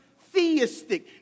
theistic